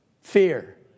Fear